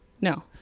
no